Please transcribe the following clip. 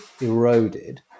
eroded